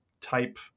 type